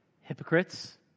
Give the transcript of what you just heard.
hypocrites